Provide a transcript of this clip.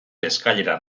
eskailera